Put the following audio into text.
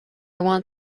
want